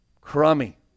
crummy